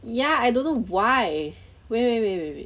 ya I don't know why wait wait wait wait wait